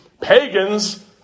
pagans